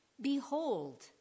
Behold